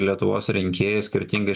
lietuvos rinkėjai skirtingai